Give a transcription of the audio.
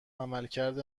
عملکرد